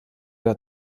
der